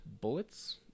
bullets